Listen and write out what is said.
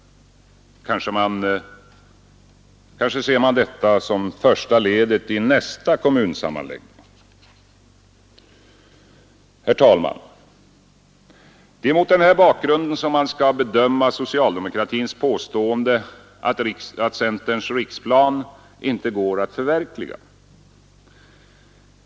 Kanske ser man detta som första ledet i nästa kommunsammanläggning? Herr talman! Det är mot den här bakgrunden som man skall bedöma socialdemokratins påstående att centerns riksplan inte går att förverkliga.